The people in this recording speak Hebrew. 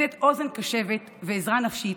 לתת אוזן קשבת ועזרה נפשית,